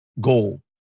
goal